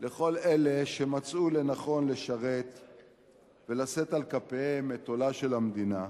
לכל אלה שמצאו לנכון לשרת ולשאת על כפיהם את עולה של המדינה.